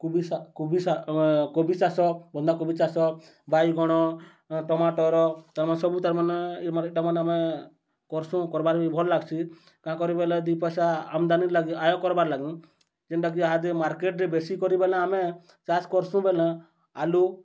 କୁବି କୁବି କୁବି ଚାଷ ବନ୍ଧାକୁବି ଚାଷ ବାଇଗଣ ଟମାଟର ତ ସବୁ ତା'ର୍ମାନେ ଆମେ କର୍ସୁଁ କର୍ବାର୍ ବି ଭଲ୍ ଲାଗ୍ସି କାଁ କରି ବେଲେ ଦୁଇ ପଇସା ଆମଦାନୀର୍ ଲାଗି ଆୟ କର୍ବାର୍ ଲାଗି ଯେନ୍ଟାକି ଇହାଦେ ମାର୍କେଟ୍ରେ ବେଶୀକରି ବେଲେ ଆମେ ଚାଷ୍ କର୍ସୁଁ ବେଲେ ଆଲୁ